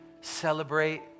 celebrate